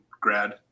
grad